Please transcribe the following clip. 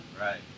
Right